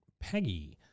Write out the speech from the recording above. Peggy